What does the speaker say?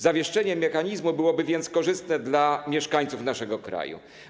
Zawieszenie mechanizmu byłoby więc korzystne dla mieszkańców naszego kraju.